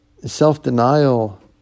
Self-denial